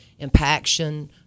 impaction